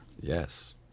Yes